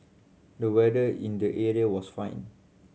the weather in the area was fine